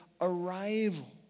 arrival